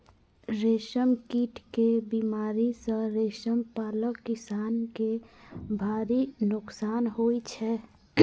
रेशम कीट के बीमारी सं रेशम पालक किसान कें भारी नोकसान होइ छै